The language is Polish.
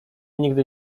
nigdy